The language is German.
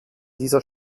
dieser